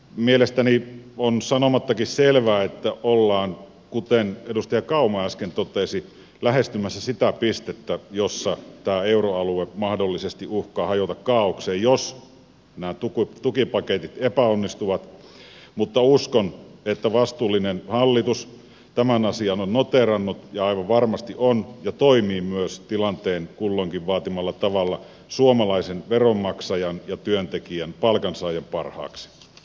mielestäni on sanomattakin selvää että ollaan kuten edustaja kauma äsken totesi lähestymässä sitä pistettä jossa tämä euroalue mahdollisesti uhkaa hajota kaaokseen jos nämä tukipaketit epäonnistuvat mutta uskon että vastuullinen hallitus tämän asian on noteerannut ja aivan varmasti on ja toimii myös tilanteen kulloinkin vaatimalla tavalla suomalaisen veronmaksajan ja työntekijän palkansaajan parhaaksi